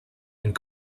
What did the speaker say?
and